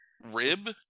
rib